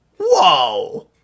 Whoa